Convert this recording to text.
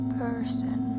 person